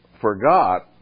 forgot